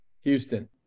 Houston